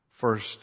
First